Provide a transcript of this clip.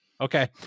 Okay